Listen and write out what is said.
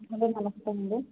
hello నమస్తే అండి